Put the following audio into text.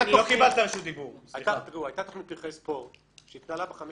היתה תכנית "פרחי ספורט" שהתנהלה בחמש